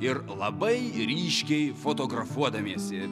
ir labai ryškiai fotografuodamiesi